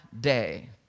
day